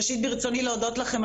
ראשית ברצוני להודות לכם,